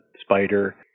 Spider